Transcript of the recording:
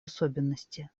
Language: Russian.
особенности